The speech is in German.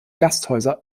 gasthäuser